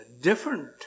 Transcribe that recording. different